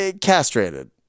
castrated